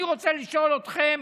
אני רוצה לשאול אתכם,